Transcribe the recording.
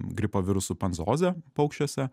gripo virusų panzooze paukščiuose